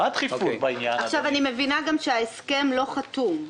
אני מבינה שההסכם לא חתום.